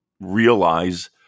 realize